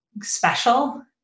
special